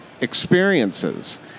experiences